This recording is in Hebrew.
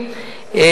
אין